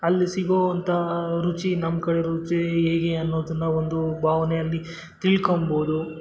ಅಲ್ಲಿ ಸಿಗೋವಂತಹ ರುಚಿ ನಮ್ಮ ಕಡೆ ರುಚಿ ಹೇಗೆ ಅನ್ನೋದನ್ನು ಒಂದು ಭಾವನೆಯಲ್ಲಿ ತಿಳ್ಕೊಣ್ಬೌದು